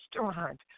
restaurant